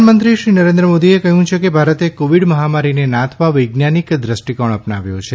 પ્રધાનમંત્રી પ્રધાનમંત્રી શ્રી નરેન્દ્ર મોદીએ કહ્યું છેકે ભારતે કોવિડ મહામારીને નાથવા વૈજ્ઞાનિક દ્રષ્ટિકોણ અપનાવ્યો છે